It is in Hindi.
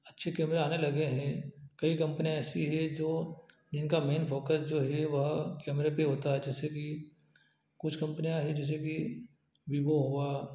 अच्छी कैमरा आने लगे हैं कई कम्पनियाँ ऐसी हैं जो जिनका मैन फोकस जो है वह कैमरे पर होता है जैसे कि कुछ कम्पनियाँ हैं जैसे कि वीवो हुआ